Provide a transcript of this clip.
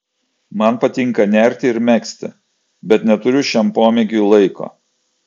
man patinka nerti ir megzti bet neturiu šiam pomėgiui laiko